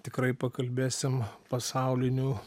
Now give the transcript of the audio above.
tikrai pakalbėsim pasaulinių